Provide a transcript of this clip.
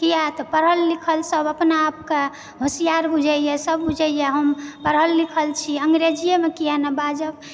कियातऽ पढ़ल लिखल सभ अपना आपके होशियार बुझयए सभ बुझयए हम पढ़ल लिखल छी अङ्ग्रेजीएमे किआ नहि बाजब